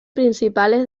principales